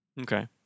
Okay